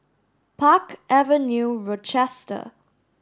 Park Avenue Rochester